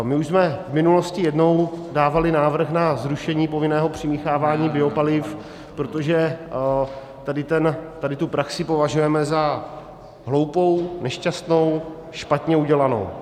My už jsme v minulosti jednou dávali návrh na zrušení povinného přimíchávání biopaliv, protože tu praxi považujeme za hloupou, nešťastnou, špatně udělanou.